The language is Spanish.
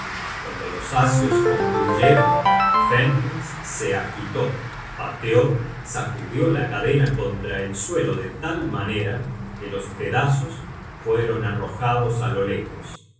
cuando los asios concluyeron fenris se agitó pateó sacudió la cadena contra el suelo de tal manera que los pedazos fueron arrojados á lo lejos